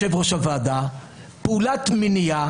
מכיוון שזה נעשה כאירוע טרור שלא מכוסה על ידי צד שלישי,